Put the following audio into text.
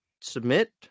submit